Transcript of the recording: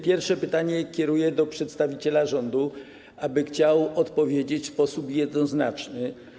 Pierwsze pytanie kieruję do przedstawiciela rządu, aby chciał odpowiedzieć w sposób jednoznaczny: